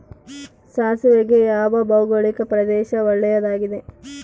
ಸಾಸಿವೆಗೆ ಯಾವ ಭೌಗೋಳಿಕ ಪ್ರದೇಶ ಒಳ್ಳೆಯದಾಗಿದೆ?